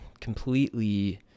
completely